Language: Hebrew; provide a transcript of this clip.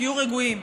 תהיו רגועים.